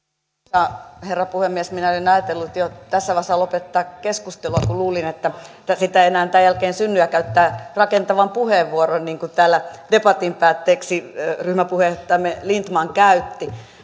arvoisa herra puhemies minä olin ajatellut jo tässä vaiheessa lopettaa keskustelun kun luulin että sitä ei enää tämän jälkeen synny ja käyttää rakentavan puheenvuoron niin kuin debatin päätteeksi ryhmäpuheenjohtajamme lindtman käytti